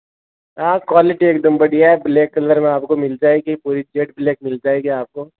हाँ क्वालिटी एकदम बढ़िया है ब्लैक कलर में आपको मिल जाएगी पूरी जेट ब्लैक मिल जाएगी आपको